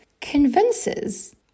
convinces